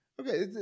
okay